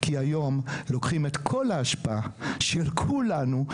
כי היום לוקחים את כל האשפה של כולנו,